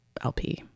LP